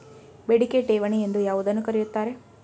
ಬೇಡಿಕೆ ಠೇವಣಿ ಎಂದು ಯಾವುದನ್ನು ಕರೆಯುತ್ತಾರೆ?